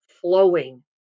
flowing